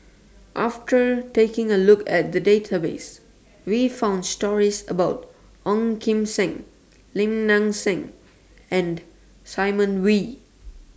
after taking A Look At The Database We found stories about Ong Kim Seng Lim Nang Seng and Simon Wee